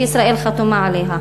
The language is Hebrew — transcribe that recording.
שישראל חתומה עליה.